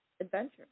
adventure